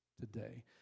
today